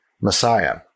Messiah